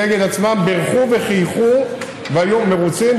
אגד עצמם בירכו וחייכו והיו מרוצים,